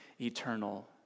eternal